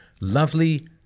lovely